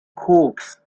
koks